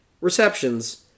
receptions